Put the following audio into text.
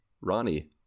Ronnie